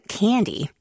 candy